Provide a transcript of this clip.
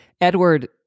Edward